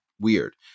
weird